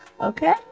Okay